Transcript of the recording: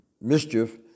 mischief